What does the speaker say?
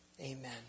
Amen